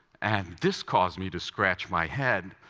and this caused me to scratch my head,